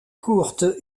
courte